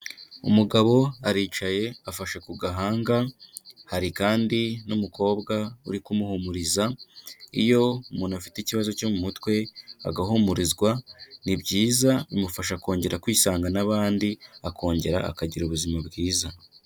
Umugabo aricaye afashe ku gahanga, hari kandi n'umukobwa uri kumuhumuriza, iyo umuntu afite ikibazo cyo mu mutwe agahumurizwa, ni byiza bimufasha kongera kwisanga n'abandi, akongera akagira ubuzima bwiza.